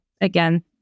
again